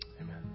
Amen